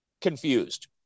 confused